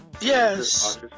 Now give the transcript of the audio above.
yes